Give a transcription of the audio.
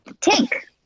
Tank